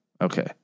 Okay